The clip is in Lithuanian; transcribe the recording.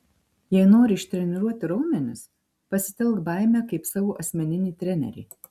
jei nori ištreniruoti raumenis pasitelk baimę kaip savo asmeninį trenerį